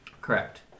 Correct